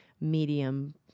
medium